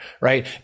right